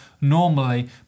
normally